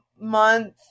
month